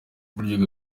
burya